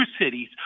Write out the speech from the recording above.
cities